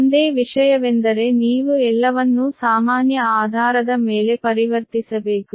ಒಂದೇ ವಿಷಯವೆಂದರೆ ನೀವು ಎಲ್ಲವನ್ನೂ ಸಾಮಾನ್ಯ ಆಧಾರದ ಮೇಲೆ ಪರಿವರ್ತಿಸಬೇಕು